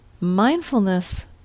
Mindfulness